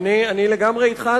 אני לגמרי אתך,